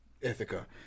Ithaca